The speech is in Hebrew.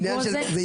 לא,